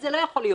לא, לא.